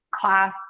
class